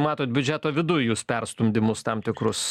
matot biudžeto viduj jūs perstumdymus tam tikrus